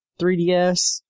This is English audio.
3DS